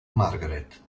margaret